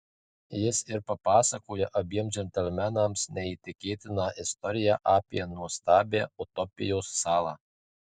jis ir papasakoja abiem džentelmenams neįtikėtiną istoriją apie nuostabią utopijos salą